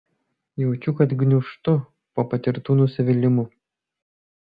jaučiu kad gniūžtu po patirtų nusivylimų